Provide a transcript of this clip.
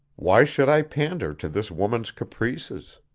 why should i pander to this woman's caprices?